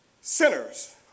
sinners